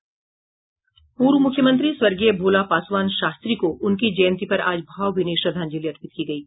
पूर्व मुख्यमंत्री स्वर्गीय भोला पासवान शास्त्री को उनकी जयंती पर आज भावभीनी श्रद्धांजलि अर्पित की गयी